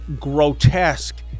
grotesque